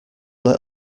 let